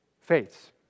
faiths